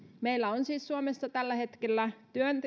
meillä on siis suomessa tällä hetkellä